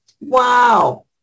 Wow